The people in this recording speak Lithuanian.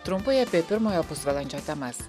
trumpai apie pirmojo pusvalandžio temas